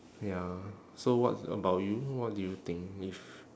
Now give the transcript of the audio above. ya so what about you what do you think if